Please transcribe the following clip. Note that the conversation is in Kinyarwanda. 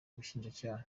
ubushinjacyaha